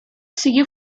siguió